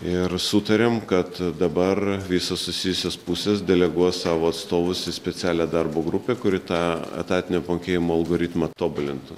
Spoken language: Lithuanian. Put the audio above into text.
ir sutarėm kad dabar visos susijusios pusės deleguos savo atstovus į specialią darbo grupę kuri tą etatinio apmokėjimo algoritmą tobulintų